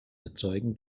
erzeugen